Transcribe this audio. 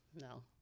no